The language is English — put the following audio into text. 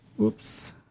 Oops